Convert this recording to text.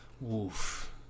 Woof